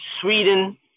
Sweden